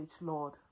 Lord